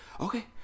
okay